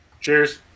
Cheers